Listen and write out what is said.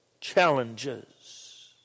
challenges